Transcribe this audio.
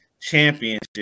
championship